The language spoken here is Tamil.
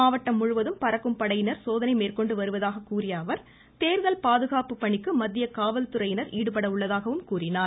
மாவட்டம் முழுவதும் பறக்கும் படையினர் சோதனை மேற்கொண்டு வருவதாக கூறியஅவர் தேர்தல் பாதுகாப்பு பணிக்கு மத்திய காவல்துறையினர் வரஉள்ளதாகவும் கூறினார்